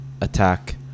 attack